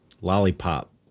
lollipop